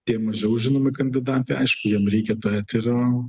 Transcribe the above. tie mažiau žinomi kandidatai aišku jiem reikia eterio